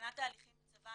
מבחינת תהליכים בצבא,